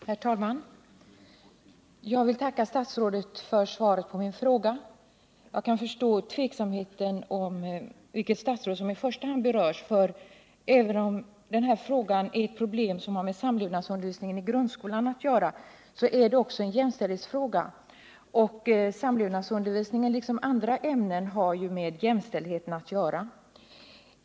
Herr talman! Jag vill tacka statsrådet för svaret på min fråga. Det är förståeligt att det kan råda tveksamhet om vilket statsråd som i första hand berörs, för även om detta är en fråga som tar upp ett problem som har med samlevnadsundervisningen i grundskolan att göra, så är det också en jämställdhetsfråga. Samlevnadsundervisningen har liksom andra ämnen med jämställdheten att göra.